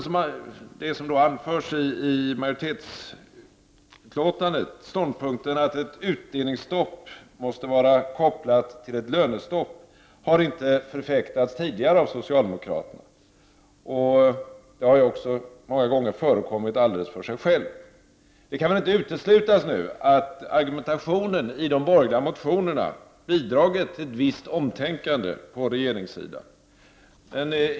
I majoritetsutlåtandet framförs ståndpunkten att ett utdelningsstopp måste vara kopplat till ett lönestopp, vilket inte har förfäktats tidigare av socialdemokraterna. Det har många gånger förekommit alldeles för sig självt. Det kan väl inte uteslutas att argumentationen i de borgerliga motionerna bidragit till ett visst omtänkande på regeringssidan.